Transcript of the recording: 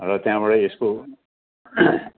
र त्यहाँबाट यसको